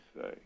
Say